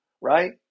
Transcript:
right